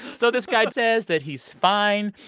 so this guy says that he's fine.